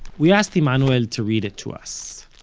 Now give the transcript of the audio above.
we asked emanuel to read it to us.